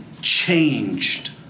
changed